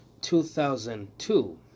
2002